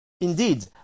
indeed